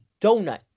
donut